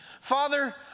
Father